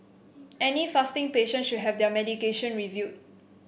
any fasting patient should have their medication reviewed